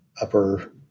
upper